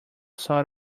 sort